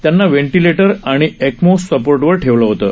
त्यांना वेंटिलेटर आणि एक्मो सपोर्टवर ठेवलं होतं